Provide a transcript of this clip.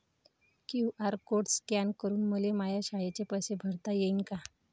QR code scan करून मले माया शाळेचे पैसे भरता येईन का?